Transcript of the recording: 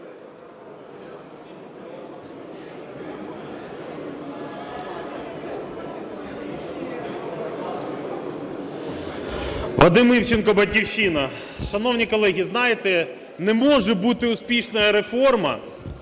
Вадим Івченко, "Батьківщина". Шановні колеги, знаєте, не може бути успішна реформа,